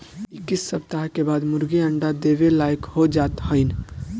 इक्कीस सप्ताह के बाद मुर्गी अंडा देवे लायक हो जात हइन